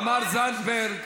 תמר זנדברג,